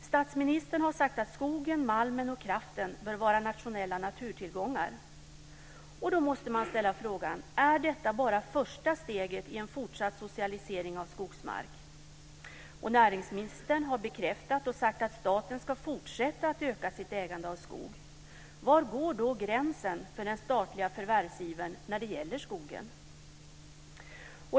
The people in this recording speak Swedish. Statsministern har sagt att skogen, malmen och kraften bör vara nationella naturtillgångar. Då måste man ställa frågan: Är detta bara första steget till en fortsatt socialisering av skogsmark? Näringsministern har bekräftat och sagt att staten ska fortsätta att öka sitt ägande av skog. Var går då gränsen för den statliga förvärvsivern när det gäller skogen?